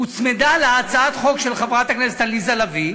הוצמדה לה הצעת חוק של חברת הכנסת עליזה לביא,